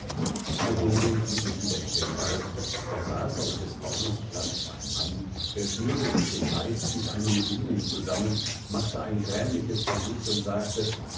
der dummling ging wieder in den wald da saß auf des baumes platz ein mann der schnürte sich den leib mit einem riemen zusammen machte ein grämliches gesicht und sagte